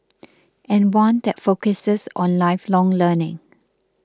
and one that focuses on lifelong learning